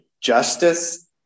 justice